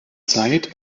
zeit